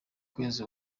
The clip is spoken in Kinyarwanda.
kwezi